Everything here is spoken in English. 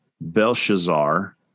Belshazzar